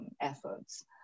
efforts